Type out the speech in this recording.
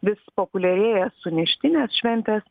vis populiarėja suneštinės šventės